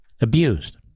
abused